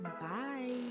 bye